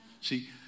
see